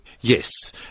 yes